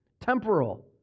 Temporal